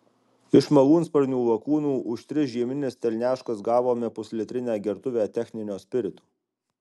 iš malūnsparnių lakūnų už tris žiemines telniaškas gavome puslitrinę gertuvę techninio spirito